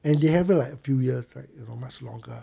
and they have it like a few years like you know much longer